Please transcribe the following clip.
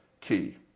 key